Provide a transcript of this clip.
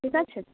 ঠিক আছে